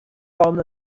hon